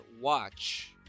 watch